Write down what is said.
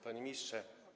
Panie Ministrze!